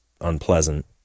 unpleasant